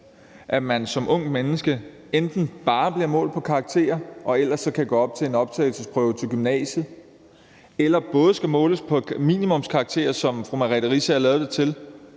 at man som ungt menneske enten bare bliver målt på karakterer og så ellers kan gå op til en optagelsesprøve til gymnasiet, eller at man både bliver målt på minimumskarakterer, som fru Merete Riisager lavede det til,